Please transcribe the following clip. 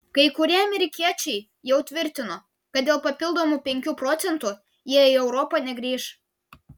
kai kurie amerikiečiai jau tvirtino kad dėl papildomų penkių procentų jie į europą negrįš